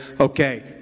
okay